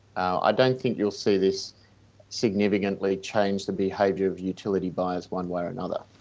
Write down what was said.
i don't think you'll see this significantly change the behaviour of utility buyers one way or another.